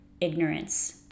ignorance